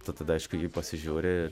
tu tada aišku į jį pasižiūri